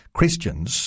Christians